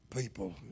people